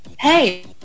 Hey